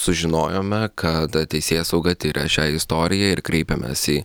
sužinojome kad teisėsauga tiria šią istoriją ir kreipėmės į